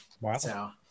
Wow